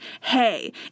hey